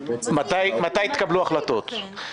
מתי יתקבלו החלטות?